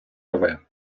рве